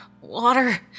water